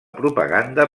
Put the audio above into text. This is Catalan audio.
propaganda